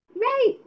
Right